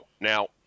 Now